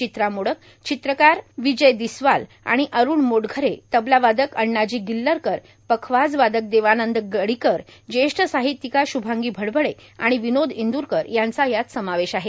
चित्रा मोडक चित्रकार विजय दिस्वाल आणि अरूण मोटघरे तबलावादक अण्णाजी गिल्लरकर पखवाजवादक देवानंद गडीकर ज्येष्ठ साहित्यिका श्भांगी भडभडे आणि विनोद इंद्रकर यांचा यात समावेश आहे